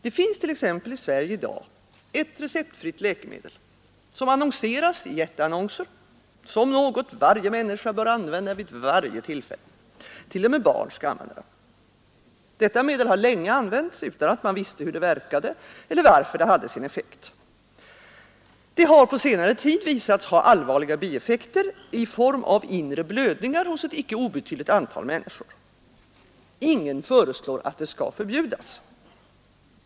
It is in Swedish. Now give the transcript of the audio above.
Det finns t.ex. i Sverige i dag ett receptfritt läkemedel, som annonseras i jätteannonser som något som varje människa bör använda vid alla möjliga tillfällen — t.o.m. barn skall använda det. Detta medel har länge används utan att man vetat hur det verkade eller varför det hade sin effekt. Det har på senare tid visats ha allvarliga bieffekter i form av inre blödningar hos ett icke obetydligt antal människor. Ingen föreslår att det skall förbjudas.